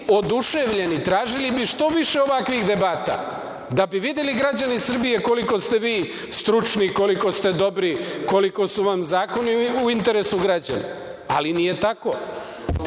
oduševljeni, tražili bi što više ovakvih debata da bi videli građani Srbije koliko ste vi stručni, koliko ste dobri, koliko su vam zakoni u interesu građana. Ali, nije tako.